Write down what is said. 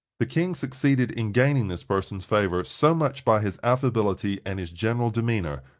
the king succeeded in gaining this person's favor so much by his affability and his general demeanor,